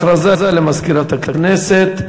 הכרזה למזכירת הכנסת.